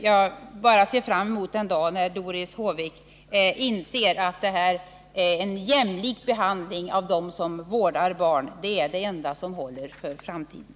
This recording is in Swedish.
Jag bara ser fram emot den dag när Doris Håvik inser att en jämlik behandling av dem som vårdar barn är det enda som håller för framtiden.